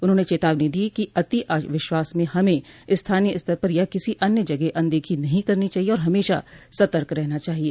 उन्होंने चेतावनी दी कि अति विश्वास में हमें स्थानीय स्तर पर या किसी अन्य जगह अनदेखी नहीं करनी चाहिए और हमेशा सतर्क रहना चाहिए